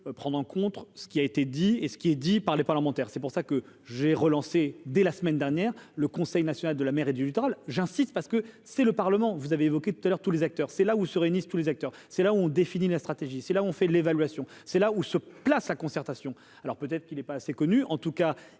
prendre en contre, ce qui a été dit et ce qui est dit par les parlementaires, c'est pour ça que j'ai relancé dès la semaine dernière le Conseil national de la mer et du littoral, j'insiste, parce que c'est le Parlement, vous avez évoqué tout à l'heure, tous les acteurs, c'est là où se réunissent tous les acteurs, c'est là ont défini la stratégie, c'est là, on fait de l'évaluation, c'est là où se place la concertation, alors peut-être qu'il n'est pas assez connu, en tout cas,